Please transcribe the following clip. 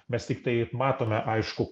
mes tiktai matome aišku